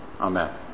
amen